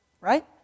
right